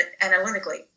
analytically